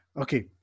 Okay